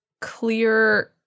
clear